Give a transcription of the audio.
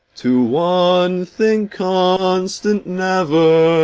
to one thing constant never.